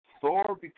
Thor